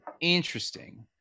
Interesting